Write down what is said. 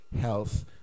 health